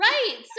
Right